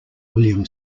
william